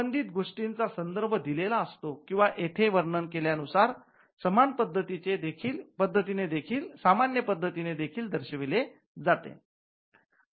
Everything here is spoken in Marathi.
संबंधित गोष्टीचा संदर्भ दिलेला असतो किंवा येथे वर्णन केल्यानुसार सामान्य पद्धतीने देखील दर्शविले जाते